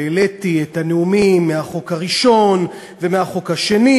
העליתי את הנאומים מהחוק הראשון ומהחוק השני,